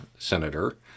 Senator